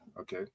Okay